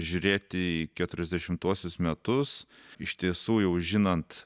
žiūrėti į keturiasdešimtuosius metus iš tiesų jau žinant